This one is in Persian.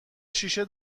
شیشه